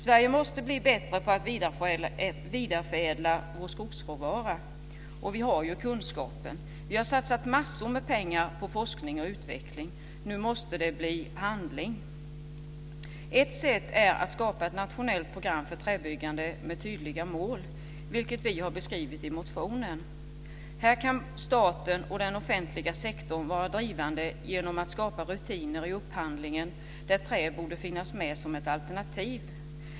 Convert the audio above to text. Sverige måste bli bättre på att vidareförädla sin skogsråvara. Vi har den kunskap som krävs. Vi har satsat massor med pengar på forskning och utveckling. Nu måste det också komma till handling. Ett sätt är att skapa ett nationellt program för träbyggande med tydliga mål, vilket vi har beskrivit i motionen. Här kan staten och den offentliga sektorn i övrigt vara drivande genom att skapa rutiner för upphandling där trä finns med som ett alternativ.